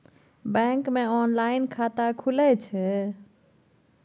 Bank मे online खाता खुले छै?